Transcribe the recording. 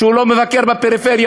שהוא לא מבקר בפריפריה.